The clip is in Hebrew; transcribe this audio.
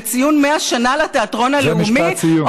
בציון 100 שנה לתיאטרון הלאומי,